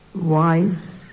wise